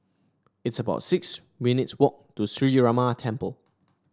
it's about six minutes' walk to Sree Ramar Temple